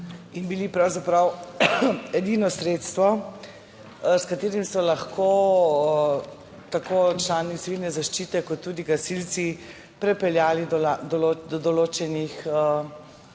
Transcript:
in bili pravzaprav edino sredstvo, s katerim so lahko tako člani civilne zaščite kot tudi gasilci pripeljali do 86.